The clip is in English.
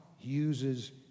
uses